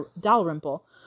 Dalrymple